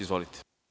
Izvolite.